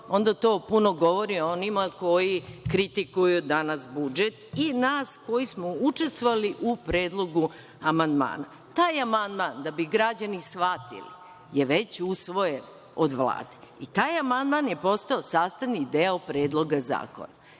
onda to puno govori o onima koji kritikuju danas budžet i nas koji smo učestvovali u predlogu amandmana. Taj amandman, da bi građani shvatili, je već usvojen od Vlade i taj amandman je postao sastavni deo Predloga zakona.